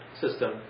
System